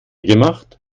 gemacht